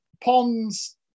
Ponds